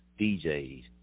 DJs